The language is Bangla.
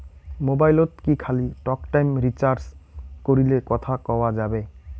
মোবাইলত কি খালি টকটাইম রিচার্জ করিলে কথা কয়া যাবে?